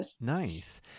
Nice